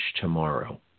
tomorrow